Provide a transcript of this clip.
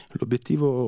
L'obiettivo